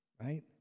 right